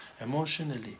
emotionally